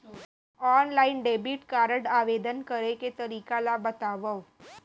Online debit card आवेदन करे के तरीका ल बतावव?